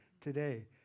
today